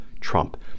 Trump